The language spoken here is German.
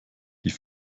die